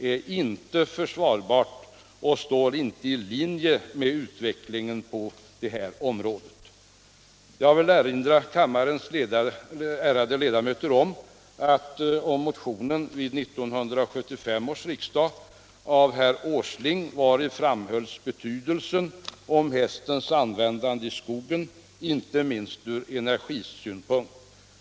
är inte försvarbart och står inte i linje med utvecklingen på detta område. Jag vill erinra kammarens ärade ledamöter om motionen vid 1975 års riksmöte av herr Åsling, i vilken framhölls betydelsen av hästens användande i skogen inte minst ur energisynpunkt.